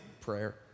prayer